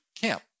camp